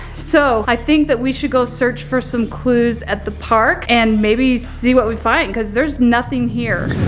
so i think that we should go search for some clues at the park and maybe see what we find, cause there's nothing here.